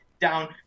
down